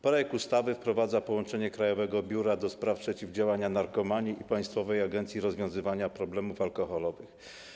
Projekt ustawy wprowadza połączenie Krajowego Biura do Spraw Przeciwdziałania Narkomanii i Państwowej Agencji Rozwiązywania Problemów Alkoholowych.